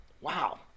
Wow